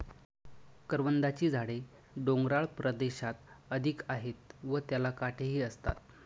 करवंदाची झाडे डोंगराळ प्रदेशात अधिक आहेत व त्याला काटेही असतात